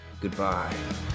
goodbye